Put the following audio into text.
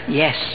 yes